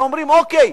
ואומרים: אוקיי,